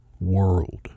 world